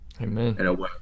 Amen